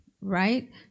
right